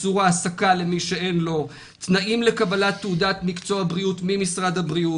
איסור העסקה למי שאין לו תנאים לקבלת תעודה מקצוע בריאות ממשרד הבריאות,